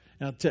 Now